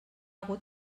hagut